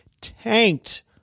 tanked